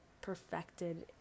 perfected